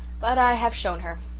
but i have shown her.